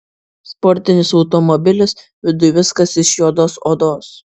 sportinis automobilis viduj viskas iš juodos odos